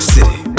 City